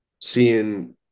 seeing